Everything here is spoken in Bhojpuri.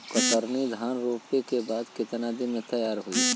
कतरनी धान रोपे के बाद कितना दिन में तैयार होई?